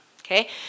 okay